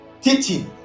teaching